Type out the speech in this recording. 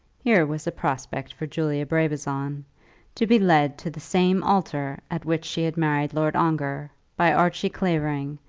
here was a prospect for julia brabazon to be led to the same altar, at which she had married lord ongar, by archie clavering,